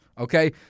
okay